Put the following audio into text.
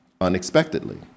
unexpectedly